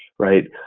right?